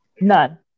None